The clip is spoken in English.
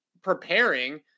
preparing